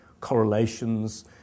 correlations